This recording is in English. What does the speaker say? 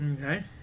Okay